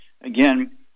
again